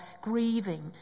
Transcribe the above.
grieving